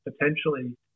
potentially